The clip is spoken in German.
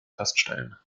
feststellen